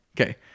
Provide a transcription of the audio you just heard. Okay